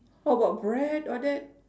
how about bread all that